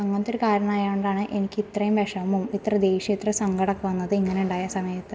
അങ്ങനത്തൊരു കാരണമുണ്ടായോൻടാണ് എനിക്കിത്രയും വിഷമവും ഇത്ര ദേഷ്യവും ഇത്ര സങ്കടമൊക്കെ വന്നത് ഇങ്ങനെ ഉണ്ടായ സമയത്ത്